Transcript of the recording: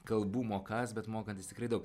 kalbų mokąs bet mokantis tikrai daug